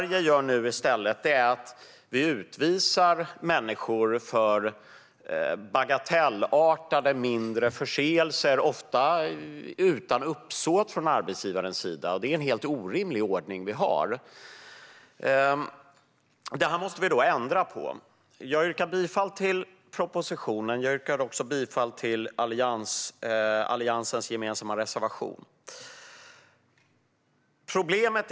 I stället utvisar nu Sverige människor för bagatellartade, mindre förseelser, ofta gjorda utan uppsåt av arbetsgivaren. Vi har en helt orimlig ordning. Detta måste vi ändra på. Jag yrkar bifall till propositionen och till Alliansens gemensamma reservation. Fru talman!